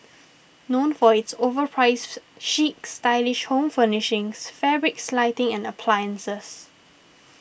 known for its overpriced chic stylish home furnishings fabrics lighting and appliances